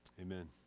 Amen